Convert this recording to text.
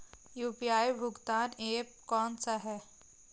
UPI भुगतान app कौन सा है?